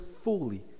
fully